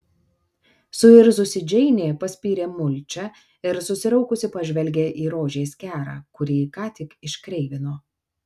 suirzusi džeinė paspyrė mulčią ir susiraukusi pažvelgė į rožės kerą kurį ką tik iškreivino